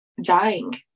dying